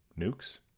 Nukes